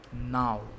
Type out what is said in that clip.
now